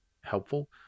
helpful